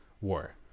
war